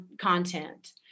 content